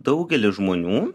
daugelis žmonių